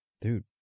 Dude